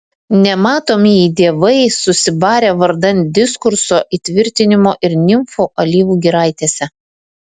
nematomieji dievai susibarę vardan diskurso įtvirtinimo ir nimfų alyvų giraitėse